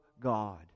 God